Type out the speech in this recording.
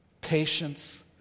patience